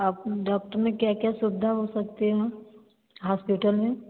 आप डॉक्टर में क्या क्या सुविधा हो सकते हैं हॉस्पिटल में